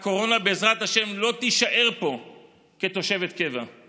הקורונה, בעזרת השם, לא תישאר פה כתושבת קבע,